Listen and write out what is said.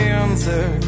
answer